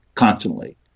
constantly